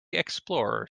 explorer